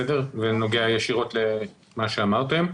זה נוגע ישירות למה שאמרתם.